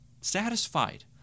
satisfied